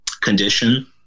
condition